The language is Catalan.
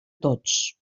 tots